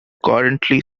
currently